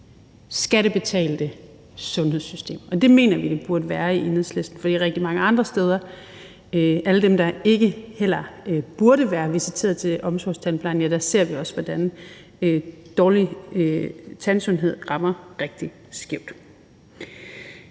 skattebetalte sundhedssystem. Det mener vi i Enhedslisten det burde være, for rigtig mange andre steder ser vi med alle dem, der burde være visiteret til omsorgstandplejen, hvordan dårlig tandsundhed rammer rigtig skævt.